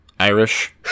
irish